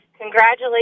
Congratulations